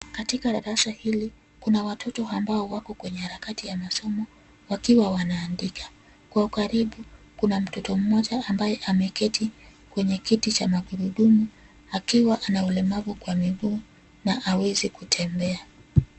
Katika darasa hili kuna watoto ambao wako kwenye harakati ya masomo wakiwa wanaandika. Kwa ukaribu, kuna mtoto mmoja ambaye ameketi kwenye kiti cha magurudumu akiwa ana ulemavu kwa miguu na haweze kutembea.